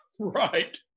right